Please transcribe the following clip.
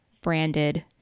branded